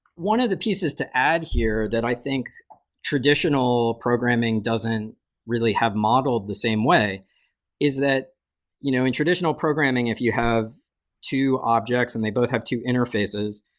one of the pieces to add here that i think traditional programming doesn't really have modeled the same way is that you know in traditional programming, if you have two objects and they both have two interfaces,